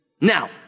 Now